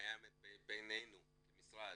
שקיימת בינינו כמשרד,